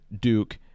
duke